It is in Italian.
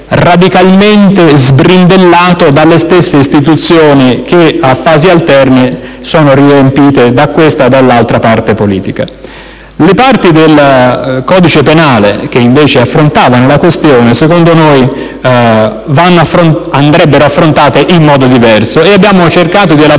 radicalmente sbrindellato dalle stesse istituzioni che, a fasi alterne, sono riempite da questa o dall'altra parte politica. Le parti del codice penale che invece affrontano la questione a nostro avviso andrebbero affrontate in modo diverso. Abbiamo così cercato di elaborare,